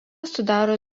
sudaro